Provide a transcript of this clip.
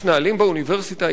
יש נהלים באוניברסיטה,